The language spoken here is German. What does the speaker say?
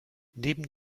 neben